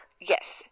Yes